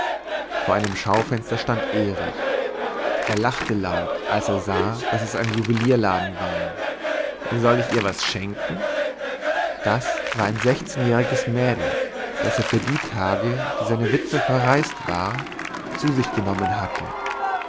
vor einem schaufenster stand erich er lachte laut als er sah daß es ein juwelierladen war soll ich ihr was schenken das war ein sechzehnjähriges mädel das er für die tage die seine witwe verreist war zu sich genommen hatte